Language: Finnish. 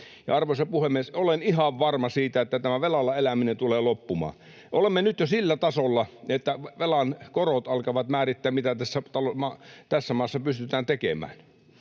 Arvoisa puhemies! Olen ihan varma siitä, että tämä velalla eläminen tulee loppumaan. Olemme nyt jo sillä tasolla, että velan korot alkavat määrittää, mitä tässä maassa pystytään tekemään.